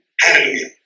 Hallelujah